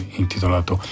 intitolato